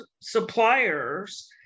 suppliers